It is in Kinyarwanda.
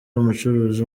umucuruzi